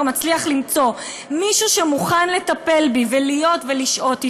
מצליח למצוא מישהו שמוכן לטפל בי ולהיות ולשהות אתי,